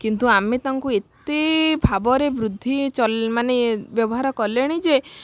କିନ୍ତୁ ଆମେ ତାଙ୍କୁ ଏତେ ଭାବରେ ବୃଦ୍ଧି ଚଲମାନେ ବ୍ୟବହାର କଲେଣି ଯେ